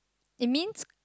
it means